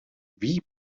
wie